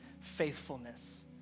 faithfulness